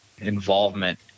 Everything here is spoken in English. involvement